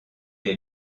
est